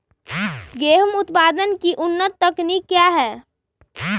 गेंहू उत्पादन की उन्नत तकनीक क्या है?